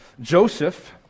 Joseph